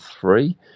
three